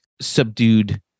subdued